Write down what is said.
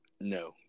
No